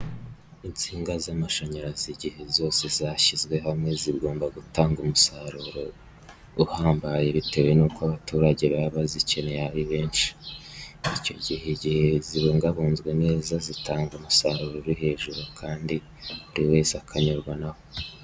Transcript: Insinga z'amashanyarazi igihe zose zashyizwe hamwe, zigomba gutanga umusaruro uhambaye bitewe n'uko abaturage baba bazikeneye ari benshi. Icyo gihe, igihe zibungabunzwe neza, zitanga umusaruro uri hejuru, kandi buri wese akanyurwa na wo.